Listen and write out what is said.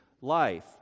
life